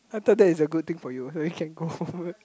I thought that is a good thing for you you can go home